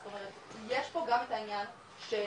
זאת אומרת יש פה גם את העניין של